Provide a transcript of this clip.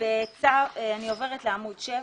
(ד)(2)